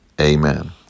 amen